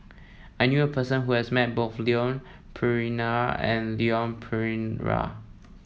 I knew a person who has met both Leon Perera and Leon Perera